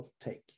take